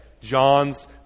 John's